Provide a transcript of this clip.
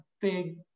big